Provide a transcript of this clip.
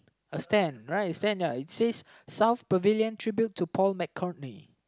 a stand right a stand ya it says South Pavilion Tribute to Paul-McCourtney